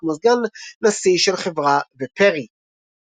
כמו סגן נשיא של חברה וPARRY AOLiza